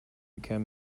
became